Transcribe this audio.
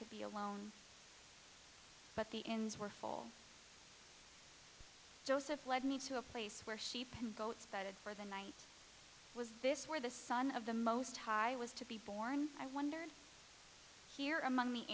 could be alone but the ins were full joseph led me to a place where sheep and goats butted for the night was this where the son of the most high was to be born i wondered here among the